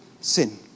sin